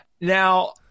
now